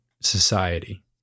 society